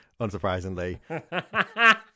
unsurprisingly